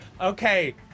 okay